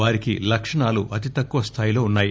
వారికి లక్షణాలు అతి తక్కువ స్థాయిలో ఉన్నాయి